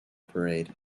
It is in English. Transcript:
parade